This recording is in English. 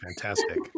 Fantastic